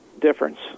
difference